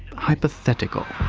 hypothetical.